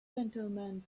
gentlemen